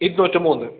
ഇരുന്നൂറ്റി മൂന്ന്